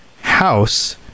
House